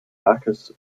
backus